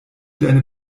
deine